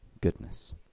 goodness